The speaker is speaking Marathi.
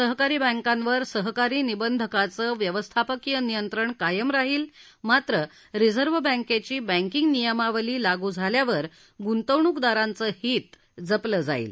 सहकारी बँकांवर सहकारी निबधकांचं व्यवस्थापकीय नियंत्रण कायम राहील मात्र रिझर्व्ह बँकेची बँकींग नियमावली लागू झाल्यावर गुंतवणूकदारांचं हित जपलं जाईल